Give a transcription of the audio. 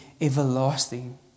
everlasting